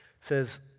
says